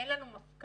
אין לנו מפכ"ל,